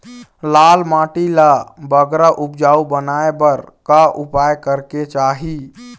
लाल माटी ला बगरा उपजाऊ बनाए बर का उपाय करेक चाही?